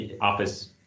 office